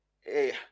hey